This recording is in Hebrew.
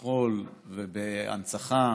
ובשכול ובהנצחה